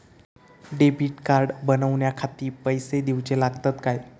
Debit card बनवण्याखाती पैसे दिऊचे लागतात काय?